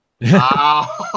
Wow